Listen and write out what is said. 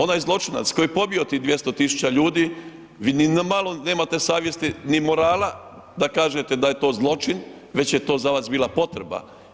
Onaj zločinac koji je pobio tih 200 tisuća ljudi, vi ni malo nemate savjesti ni morala da kažete da je to zločin, već je to za vas bila potreba.